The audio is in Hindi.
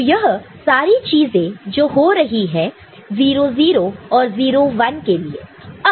तो यह सारी चीजें हो रही है 0 0 और 0 1 के लिए